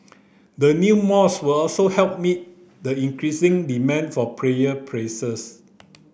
the new will also help meet the increasing demand for prayer